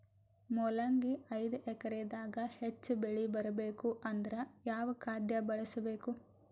ಮೊಲಂಗಿ ಐದು ಎಕರೆ ದಾಗ ಹೆಚ್ಚ ಬೆಳಿ ಬರಬೇಕು ಅಂದರ ಯಾವ ಖಾದ್ಯ ಬಳಸಬೇಕು?